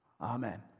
Amen